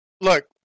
Look